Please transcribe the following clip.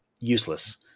useless